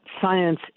science